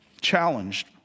challenged